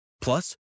Plus